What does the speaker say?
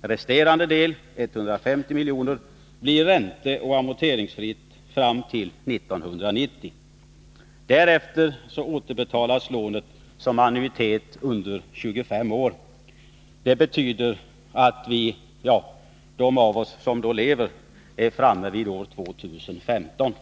Den resterande delen, 150 milj.kr., blir ränteoch amorteringsfri Broströms Rederi fram till 1990. Därefter återbetalas lånet som ett 25-årigt annuitetslån. Det AB betyder att de av oss som då lever är framme vid år 2015,